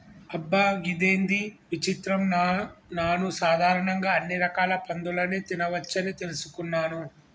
అబ్బ గిదేంది విచిత్రం నాను సాధారణంగా అన్ని రకాల పందులని తినవచ్చని తెలుసుకున్నాను